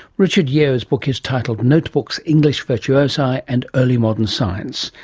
richard yeo's book is titled notebooks, english virtuosi and early modern science.